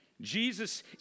Jesus